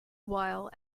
while